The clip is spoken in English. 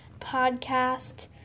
podcast